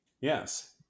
Yes